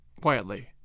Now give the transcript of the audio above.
quietly